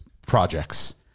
projects